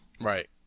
Right